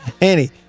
Annie